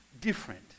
different